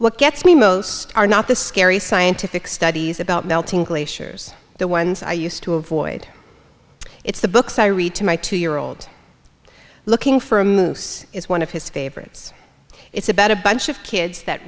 what gets me most are not the scary scientific studies about melting glaciers the ones i used to avoid it's the books i read to my two year old looking for a moose is one of his favorites it's about a bunch of kids that